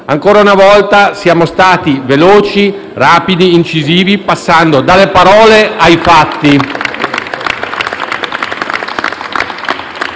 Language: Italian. Ancora una volta, siamo stati veloci, rapidi, incisivi, passando dalle parole ai fatti.